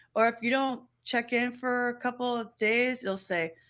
or if you don't check in for a couple of days, you'll say,